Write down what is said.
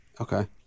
Okay